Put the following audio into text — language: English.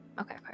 Okay